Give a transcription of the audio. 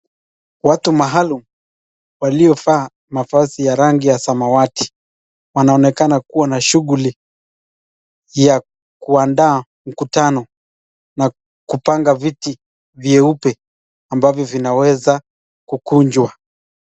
Watu maalum waliovaa mavazi ya rangi ya samawati wanaonekana kuwa na shughuli ya kuadaa mkutano na kupanga viti vyeupe ambavyo vinaweza kukunjwa.